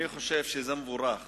אני חושב שזה מבורך